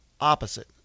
opposite